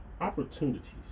opportunities